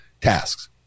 tasks